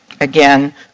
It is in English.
again